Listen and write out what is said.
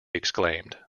exclaimed